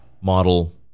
model